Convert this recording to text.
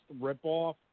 ripoff